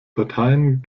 parteien